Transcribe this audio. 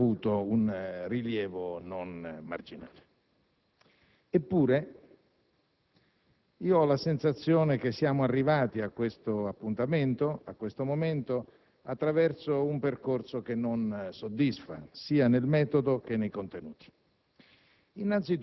che ha avuto un rilievo non marginale. Eppure, ho la sensazione che siamo arrivati a questo appuntamento attraverso un percorso che non soddisfa sia nel metodo sia nei contenuti.